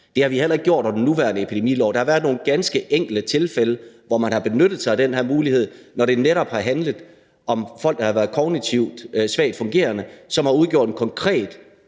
Det har vi heller ikke gjort under den nuværende epidemilov. Der har været nogle ganske enkelte tilfælde, hvor man har benyttet sig af den her mulighed. Det er, når det netop har handlet om folk, der har været kognitivt svagt fungerende, og som har udgjort en konkret